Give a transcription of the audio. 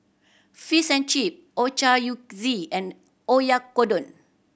Fish and Chip Ochazuke and Oyakodon